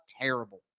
terrible